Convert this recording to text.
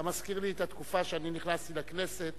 אתה מזכיר לי את התקופה שאני נכנסתי לכנסת.